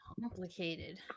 complicated